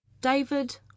David